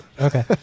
Okay